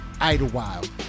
Idlewild